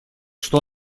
что